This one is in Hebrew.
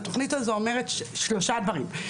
התכנית הזו אומרת שלושה דברים.